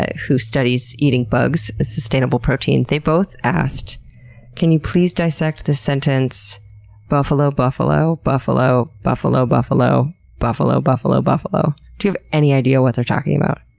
ah who studies eating bugs as sustainable protein. they both asked can you please dissect the sentence buffalo buffalo buffalo buffalo buffalo buffalo buffalo buffalo? do you have any idea what they're talking about?